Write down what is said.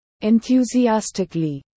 enthusiastically